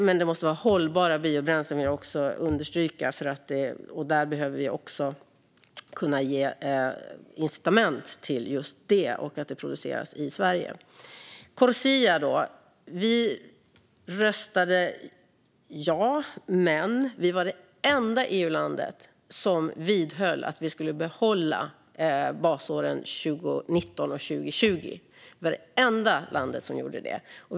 Dock måste det vara hållbara biobränslen, vill jag understryka. Vi behöver kunna ge incitament till just det och till att det produceras i Sverige. När det gäller Corsia röstade vi ja, men vi var det enda EU-landet som vidhöll att vi skulle behålla basåren 2019 och 2020.